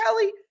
Kelly